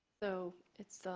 though it's